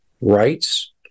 rights